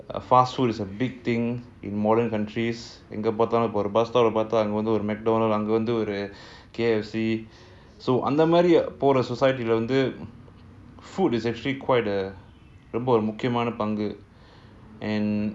uh fast food is a big thing in modern countries எங்கபார்த்தாலும்அங்கவந்துஒரு:enga parthalum anga vandhu oru mcdonald அங்கவந்துஒரு:anga vandhu oru K_F_C அந்தமாதிரிபோற:andha madhiri pora society lah வந்து:vandhu food is quite a big thing